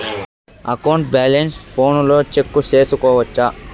account balance ఫోనులో check సేసుకోవచ్చా